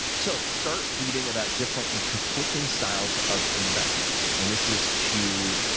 so start reading about different and conflicting styles of investment. and this is to,